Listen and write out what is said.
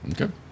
Okay